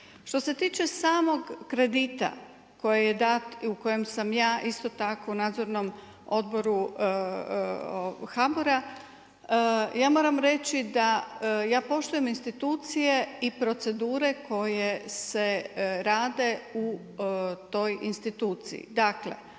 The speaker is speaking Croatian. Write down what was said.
Što se tiče samog kredita koji je dat i u kojem sam ja isto tako u Nadzornom odboru HBOR-a ja moram reći da ja poštujem institucije i procedure koje se rade u toj instituciji.